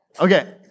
Okay